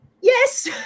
yes